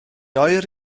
oer